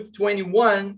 21